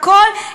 הכול,